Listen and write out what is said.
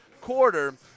quarter